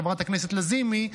חברת הכנסת לזימי,